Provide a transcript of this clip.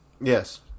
Yes